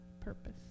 purpose